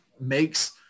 makes